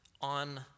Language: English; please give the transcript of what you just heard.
on